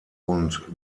und